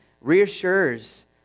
reassures